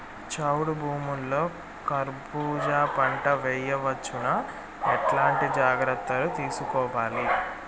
చౌడు భూముల్లో కర్బూజ పంట వేయవచ్చు నా? ఎట్లాంటి జాగ్రత్తలు తీసుకోవాలి?